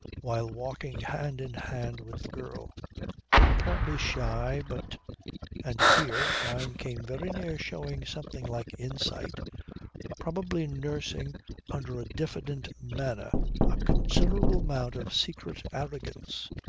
while walking hand-in-hand with the girl apparently shy, but and here fyne came very near showing something like insight probably nursing under a diffident manner a considerable amount of secret arrogance.